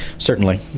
certainly.